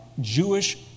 Jewish